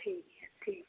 ठीक छै ठीक